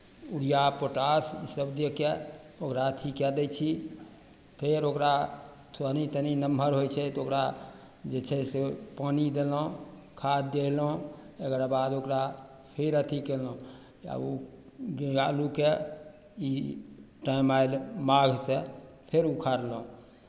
urea potash इसभ दए कऽ ओकरा अथि कए दै छी फेर ओकरा तनि तनि नमहर होइ छै तऽ ओकरा जे छै से पानि देलहुँ खाद देलहुँ तकर बाद ओकरा फेर अथि कयलहुँ आब ओ आलूके ई टाइम आयल माघसँ फेर उखाड़लहुँ